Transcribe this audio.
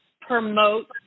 promote